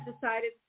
decided